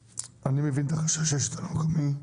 אני מבין את החשש של השלטון המקומי.